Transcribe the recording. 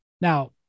now